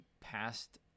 past